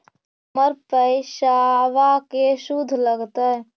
हमर पैसाबा के शुद्ध लगतै?